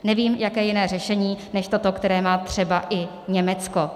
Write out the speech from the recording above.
Nevím, jaké jiné řešení než toto, které má třeba i Německo.